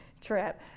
trip